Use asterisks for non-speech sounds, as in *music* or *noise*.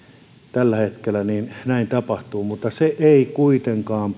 tällä hetkellä ja näin tapahtuu mutta se ei kuitenkaan *unintelligible*